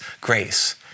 grace